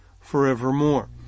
forevermore